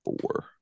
four